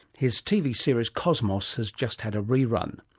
his tv series cosmos has just had a re-run.